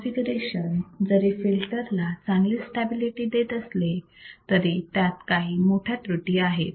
configuration जरी filter ला चांगली स्टॅबिलिटी देत असले तरी त्यात काही मोठ्या त्रुटी आहेत